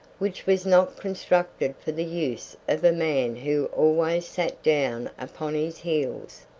which was not constructed for the use of a man who always sat down upon his heels.